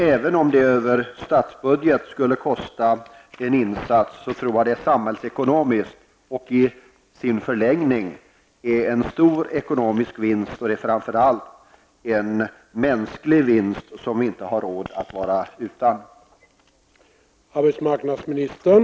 Även om det över statsbudgeten skulle kosta en insats, så tror jag att det samhällsekonomiskt och i sin förlängning innebär en stor ekonomisk vinst -- och framför allt en mänsklig vinst som vi inte har råd att vara utan.